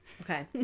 Okay